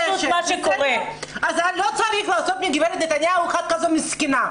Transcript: לא צריך לעשות מגברת נתניהו מסכנה.